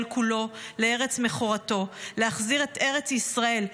כולו לארץ מכורתו ולהחזיר את ארץ ישראל,